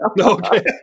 Okay